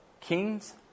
kings